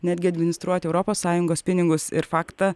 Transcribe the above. netgi administruoti europos sąjungos pinigus ir faktą